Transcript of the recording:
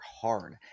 hard